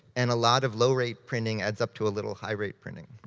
and a lot of low-rate printing adds up to a little high-rate printing.